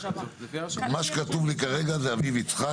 מה שכתוב ל כרגע זה אביב יצחק,